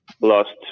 lost